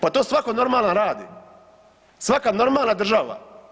Pa to svako normalan radi, svaka normalna država.